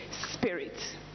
spirit